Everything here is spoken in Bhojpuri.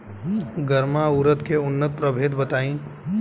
गर्मा उरद के उन्नत प्रभेद बताई?